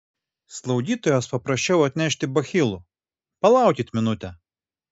slaugytojos paprašiau atnešti bachilų palaukit minutę